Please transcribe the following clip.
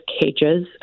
cages